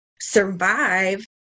survive